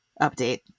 update